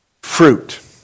Fruit